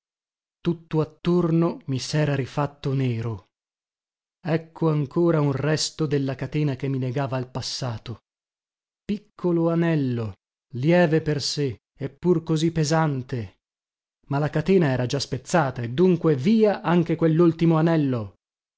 tutto attorno mi sera rifatto nero ecco ancora un resto della catena che mi legava al passato piccolo anello lieve per sé eppur così pesante ma la catena era già spezzata e dunque via anche quellultimo anello